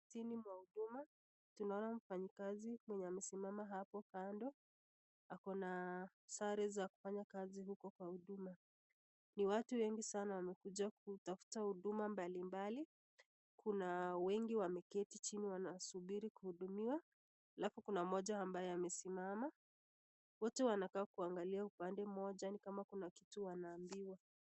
Ofisini mwa huduma tunaona mfanyikazi amesimama hapo kando, Ako na sare za kufanya kazi huko kwa huduma. Ni watu wengi wamekuja kutafuta huduma mbali mbali, Kuna watu wengi wameketi chini wamesubiri kuhudumiwa, alafu Kuna mmoja ambaye amesimama wote wanakaa kuangalia pande Moja kama Kuna kitu wanaaambiwa.